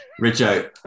Richo